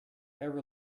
ever